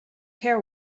care